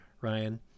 ryan